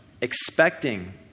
expecting